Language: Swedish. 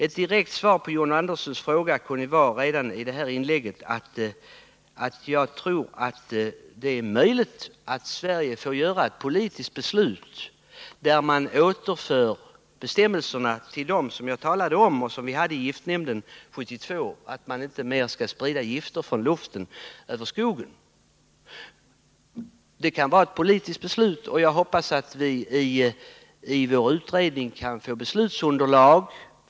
Ett direkt svar på John Anderssons fråga redan nu kunde vara att jag tror att det är möjligt att Sverige får fatta ett politiskt beslut, där vi återför bestämmelserna till dem som jag talade om och som vi hade i giftnämnden 1972, nämligen att man inte mer skall sprida gifterna från luften över skogen. Det kan vara ett politiskt beslut, och jag hoppas att vi i vår utredning kan få beslutsunderlag.